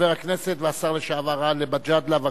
חבר הכנסת והשר לשעבר גאלב מג'אדלה,